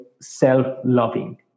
self-loving